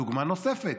דוגמה נוספת,